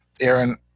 Aaron